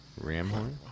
Ramhorn